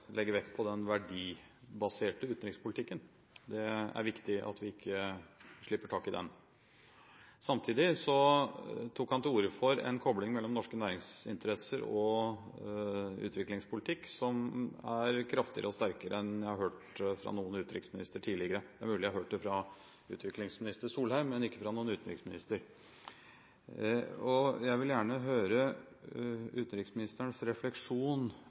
viktig at vi ikke slipper taket i den. Samtidig tok han til orde for en kobling mellom norske næringsinteresser og utviklingspolitikk som er kraftigere og sterkere enn jeg har hørt fra noen utenriksminister tidligere. Det er mulig jeg har hørt det fra utviklingsminister Solheim, men ikke fra noen utenriksminister. Jeg vil gjerne høre utenriksministerens